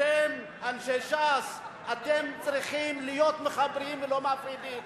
אתם, אנשי ש"ס, צריכים להיות מחברים ולא מפרידים.